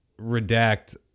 redact